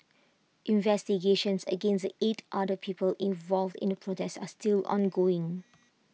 investigations against the eight other people involved in the protest are still ongoing